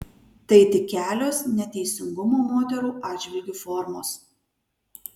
tai tik kelios neteisingumo moterų atžvilgiu formos